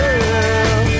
girl